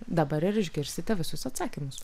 dabar ir išgirsite visus atsakymus